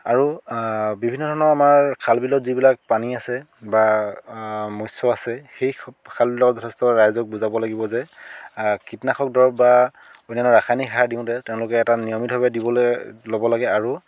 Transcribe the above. আৰু বিভিন্ন ধৰণৰ আমাৰ খাল বিলত যিবিলাক পানী আছে বা মৎস আছে সেই খালবিলাকক যথেষ্ট ৰাইজক বুজাব লাগিব যে কীটনাশক দৰৱ বা ৰাসায়নিক সাৰ দিওঁতে তেওঁলোকে এটা নিয়মিতভাৱে দিবলৈ ল'ব লাগে আৰু